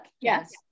Yes